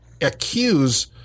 accuse